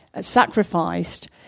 sacrificed